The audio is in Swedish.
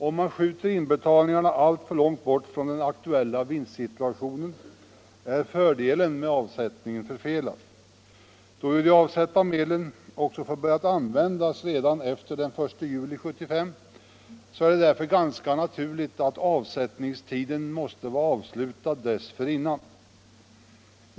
Om man skjuter inbetalningarna alltför långt bort från den aktuella vinstsituationen är fördelen med avsättningen förfelad. Då ju de avsatta medlen också får börja att användas redan efter den 1 juli 1975 är det därför ganska naturligt att avsättningstiden måste vara avslutad dessförinnan.